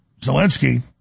Zelensky